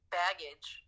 baggage